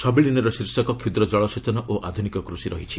ସମ୍ମିଳନୀର ଶୀର୍ଷକ କ୍ଷୁଦ୍ର କଳସେଚନ ଓ ଆଧୁନିକ କୃଷି ରହିଛି